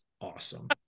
awesome